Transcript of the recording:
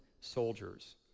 soldiers